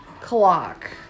clock